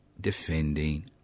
defending